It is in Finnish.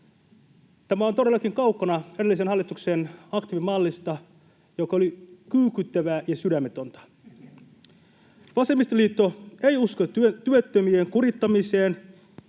Tämä on todellakin kaukana edellisen hallituksen aktiivimallista, joka oli kyykyttävää ja sydämetöntä. Vasemmistoliitto ei usko työttömien kurittamiseen,